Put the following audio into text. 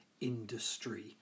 industry